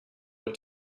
were